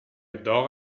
داغ